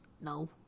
No